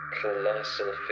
Colossal